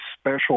special